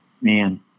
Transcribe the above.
man